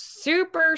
Super